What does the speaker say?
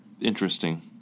interesting